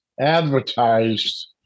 advertised